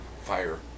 Fire